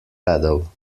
pedal